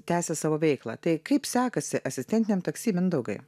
tęsia savo veiklą tai kaip sekasi asistentiniam taksi mindaugai